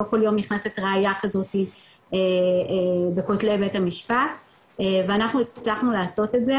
לא כל יום נכנסת ראייה כזאת בכותלי בתי המשפט ואנחנו הצלחנו לעשות את זה